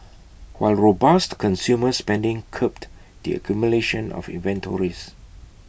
while robust consumer spending curbed the accumulation of inventories